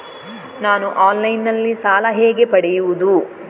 ನಾನು ಆನ್ಲೈನ್ನಲ್ಲಿ ಸಾಲ ಹೇಗೆ ಪಡೆಯುವುದು?